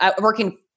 working